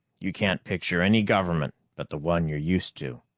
you can't picture any government but the one you're used to.